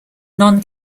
non